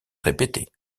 répétées